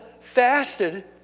fasted